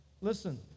Listen